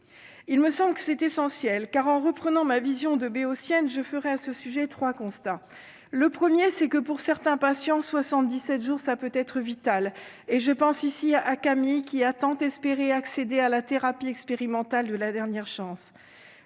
il me semble que c'est essentiel car en reprenant ma vision de béotien que je ferai à ce sujet, 3 constats : le 1er c'est que pour certains patients 77 jours ça peut être vitale et je pense ici à Camille, qui a tant espérer accéder à la thérapie expérimentale de la dernière chance,